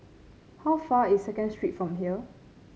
how far is Second Street from here